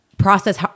Process